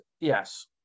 yes